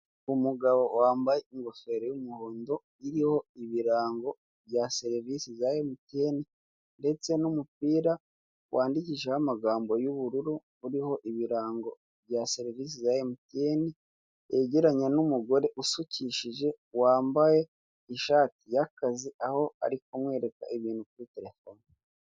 Umugabo wambaye ingofero y'umuhondo iriho ibirango bya serivisi za MTN ndetse n'umupira wandikishijeho amagambo y'ubururu, uriho ibirango bya serivisi za MTN,wegeranye n'umugore usukishije, wambaye ishati y'akazi, aho ari kumwereka ibintu kuri terefone.